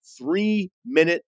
three-minute